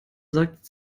sagt